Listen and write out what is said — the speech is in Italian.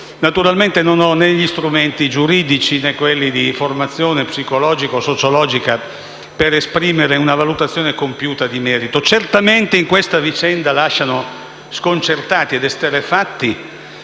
Naturalmente io non ho né gli strumenti giuridici né quelli di formazione psicologica o sociologica per esprimere una valutazione compiuta nel merito. Certamente, in questa vicenda lasciano sconcertati ed esterrefatti